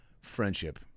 Friendship